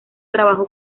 trabajó